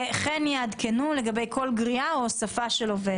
וכן יעדכנו לגבי כל גריעה או הוספה של עובד".